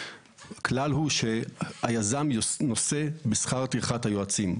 הכלל הוא שהיזם נושא בשכר טרחת היועצים.